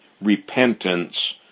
repentance